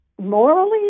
morally